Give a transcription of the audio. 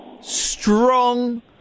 strong